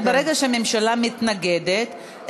ברגע שהממשלה מתנגדת,